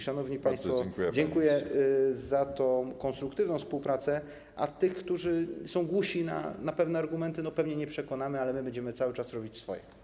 Szanowni państwo, dziękuję za tę konstruktywną współpracę, a tych, którzy są głusi na pewne argumenty, pewnie nie przekonamy, ale my będziemy cały czas robić swoje.